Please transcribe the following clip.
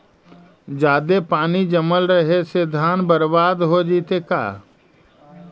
जादे पानी जमल रहे से धान बर्बाद हो जितै का?